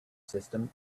system